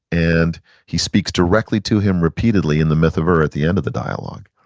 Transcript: and he speaks directly to him repeatedly in the myth of er at the end of the dialogue.